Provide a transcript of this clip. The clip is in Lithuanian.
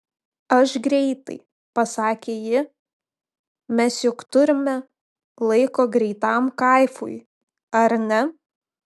aš greitai pasakė ji mes juk turime laiko greitam kaifui ar ne